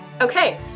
Okay